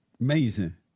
Amazing